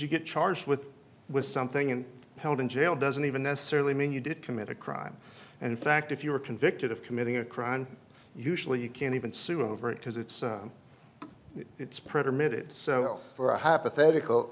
you get charged with with something and held in jail doesn't even necessarily mean you did commit a crime and in fact if you are convicted of committing a crime usually you can even sue over it because it's it's primitive so for a hypothetical